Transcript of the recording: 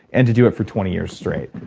and to do it for twenty years straight.